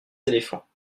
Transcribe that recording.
éléphants